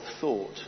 thought